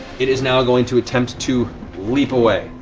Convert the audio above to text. it is now going to attempt to leap away.